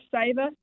saver